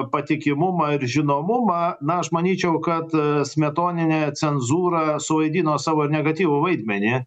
patikimumą ir žinomumą na aš manyčiau kad smetoninė cenzūra suvaidino savo negatyvų vaidmenį